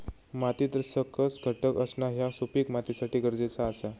मातीत सकस घटक असणा ह्या सुपीक मातीसाठी गरजेचा आसा